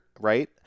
right